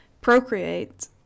Procreate